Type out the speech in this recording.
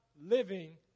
living